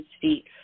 feet